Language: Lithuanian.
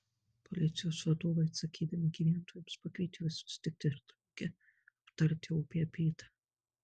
policijos vadovai atsakydami gyventojams pakvietė juos susitikti ir drauge aptarti opią bėdą